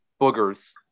boogers